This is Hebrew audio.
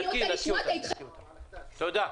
תודה.